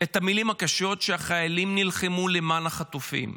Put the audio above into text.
את המילים הקשות: שהחיילים נלחמו למען החטופים,